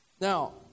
Now